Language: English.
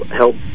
help